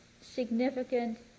significant